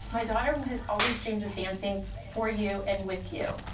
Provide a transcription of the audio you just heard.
my daughter has always dreamed of dancing for you and with you.